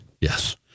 Yes